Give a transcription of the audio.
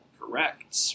Correct